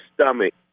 stomach